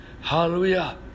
Hallelujah